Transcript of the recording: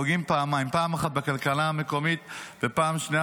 פוגעים פעמיים: פעם אחת בכלכלה המקומית ופעם שנייה